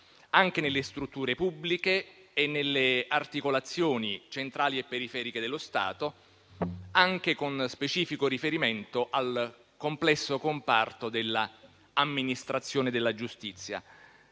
anche nelle strutture pubbliche e nelle articolazioni centrali e periferiche dello Stato, con specifico riferimento al complesso comparto dell'amministrazione della giustizia.